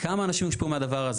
כמה אנשים יושפעו מהדבר הזה.